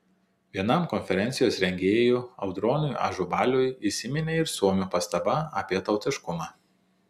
vienam konferencijos rengėjų audroniui ažubaliui įsiminė ir suomių pastaba apie tautiškumą